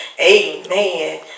amen